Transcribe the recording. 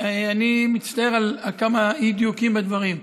אני מצטער על כמה אי-דיוקים בדברים.